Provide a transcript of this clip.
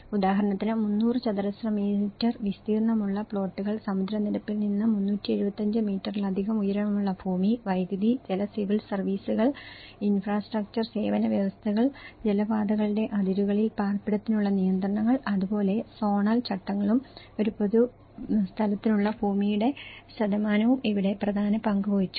ഉദാഹരണത്തിന് 300 ചതുരശ്ര മീറ്റർ വിസ്തീർണ്ണമുള്ള പ്ലോട്ടുകൾ സമുദ്രനിരപ്പിൽ നിന്ന് 375 മീറ്ററിലധികം ഉയരമുള്ള ഭൂമി വൈദ്യുതി ജല സിവിൽ സർവീസുകൾ ഇൻഫ്രാസ്ട്രക്ചർ സേവന വ്യവസ്ഥകൾ ജലപാതകളുടെ അതിരുകളിൽ പാർപ്പിടത്തിനുള്ള നിയന്ത്രണങ്ങൾ അതുപോലെ സോണൽ ചട്ടങ്ങളും ഒരു പൊതു സ്ഥലത്തിനുള്ള ഭൂമിയുടെ ശതമാനവും ഇവിടെ പ്രധാന പങ്കു വഹിച്ചു